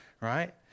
right